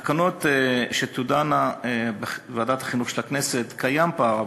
בתקנות שתידונה בוועדת החינוך של הכנסת קיים פער,